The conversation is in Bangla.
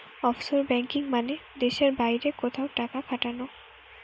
অফশোর ব্যাঙ্কিং মানে দেশের বাইরে কোথাও টাকা খাটানো